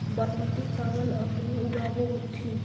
बासमती चाबल अपने ऊगाब होथिं?